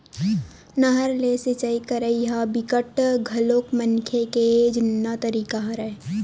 नहर ले सिचई करई ह बिकट घलोक मनखे के जुन्ना तरीका हरय